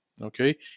Okay